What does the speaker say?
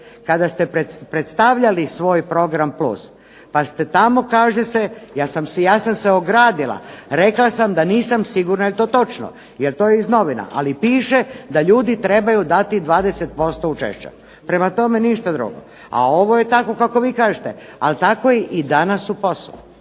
kada ste predstavljali svoj program plus, pa ste tamo kaže se, ja sam se ogradila, rekla sam da nisam sigurna je li to točno, jer to je iz novina, ali piše da ljudi trebaju dati 20% učešća. Prema tome, ništa drugo, a ovo je tako kako vi kažete, ali tako je i danas u POS-u.